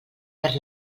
perd